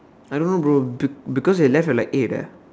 I don't know bro be~ because you left at like eight leh